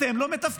אתם לא מתפקדים.